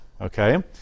okay